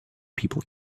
people